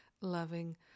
loving